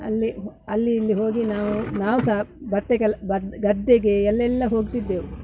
ಅಲ್ಲಿ ಅಲ್ಲಿ ಇಲ್ಲಿ ಹೋಗಿ ನಾವು ನಾವು ಸಹ ಬರ್ತೆ ಕೆಲ್ ಬದು ಗದ್ದೆಗೆ ಎಲ್ಲೆಲ್ಲ ಹೋಗ್ತಿದ್ದೇವೆ